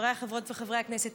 חבריי חברות וחברי הכנסת,